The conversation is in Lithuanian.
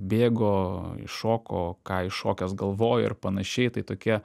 bėgo iššoko ką iššokęs galvojo ir panašiai tai tokie